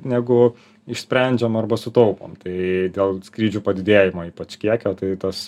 negu išsprendžiam arba sutaupom tai dėl skrydžių padidėjimo ypač kiekio tai tas